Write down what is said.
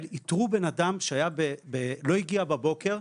מנהל איתרו בן אדם שלא הגיע בבוקר,